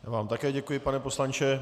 Já vám také děkuji, pane poslanče.